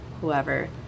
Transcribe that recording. whoever